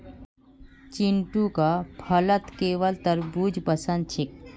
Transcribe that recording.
चिंटूक फलत केवल तरबू ज पसंद छेक